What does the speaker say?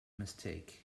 mistake